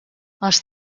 els